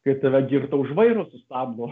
kai tave girtą už vairo sustabdo